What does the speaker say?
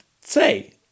say